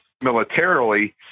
militarily